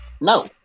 no